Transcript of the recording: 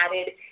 added